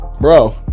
Bro